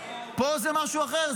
פה זה משהו אחר,